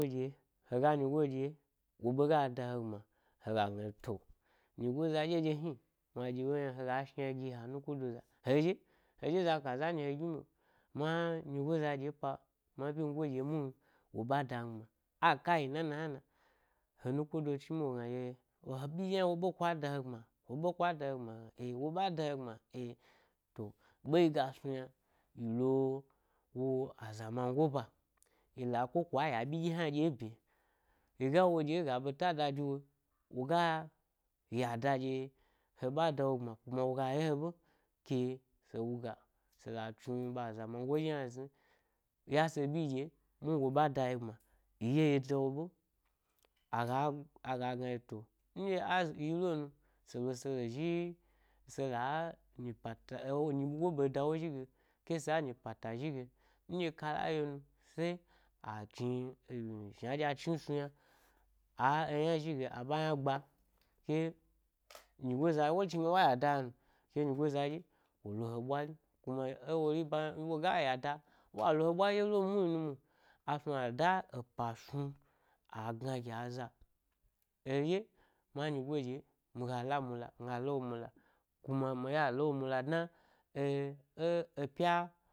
Eɗye, hega nyigo ɗye wo ɓe ga da he gbma hega gna to, nyigo za ɗye ɗye hna, ma ɗye wo ye yna hega shna ku anuko do za he zhi, heɗye za kaza nyi he gni ɓe, ma-nyigo za ɗye pa, ma ɓyingo ɗye muhin wo ɓe a dami gbma aka yi na na hna na, he nukodo chni ɓe wogna ɗye, wo ɓyi ɗye hna wo ɓe kwa da he gbma, wo ɓe kwa da he gbma he gna e-wo a da he gbma he gna e-wo a da he gbma e-to ɓe yi ga snu yna yi lo-wo aza mango ba yila ko kwa-ya ɓyi ɗye hna ɗye bye yiga woɗye ga ɓeta da de woe woga yadda ɗye he ba a dawo gbma kuna hega ye wo ɓe kese wuga sela chni ɓa aza mango ɗye hna zni ya se ɓbyi dye mu hni wo ba a dayi gbma yi ye yi dawo ɓe aga-aga gna ɗyetu, nɗye a-zi-yilo nu selo se lo zhi-sela-nyipata, e nyi go ɓeda wo zhige ke sa nyi pate zhige nɗye kalla yo nu se, a chni nu, shna ɗye a chni snu yne a e yna zhige a ɓa’ yna gba ke nyigoza wu chni gna wa yadda hna nu, ke nyigo za ɗye wo lo he bwarikama e wori ba hna, woga yadda wa lo he ɓwari lo muhni numwo a snu ada epa snu, agna gi aza. eɗye-ma nyigo dye nu ga la mula, migala wo mula kuma mi ye a la wo mula dna e, ẻ ẻ pya.